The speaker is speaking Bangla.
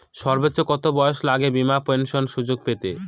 সর্বোচ্চ কত বয়স লাগে বীমার পেনশন সুযোগ পেতে?